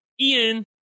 Ian